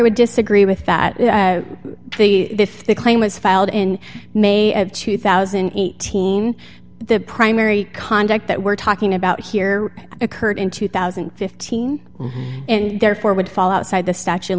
would disagree with that i think if the claim was filed in may of two thousand and eighteen the primary contact that we're talking about here occurred in two thousand and fifteen and therefore would fall outside the statue of